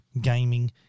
gaming